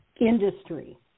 industry